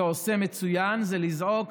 ועושה מצוין, זה לזעוק